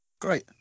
Great